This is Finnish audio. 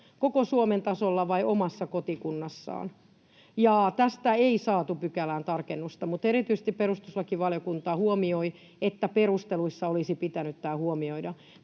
koko Suomen tasolla vai omassa kotikunnassaan. Tästä ei saatu pykälään tarkennusta, mutta erityisesti perustuslakivaliokunta huomioi, että perusteluissa olisi pitänyt tämä huomioida.